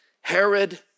Herod